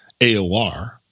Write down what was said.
AOR